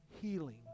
healing